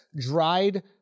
dried